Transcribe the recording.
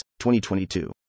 2022